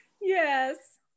Yes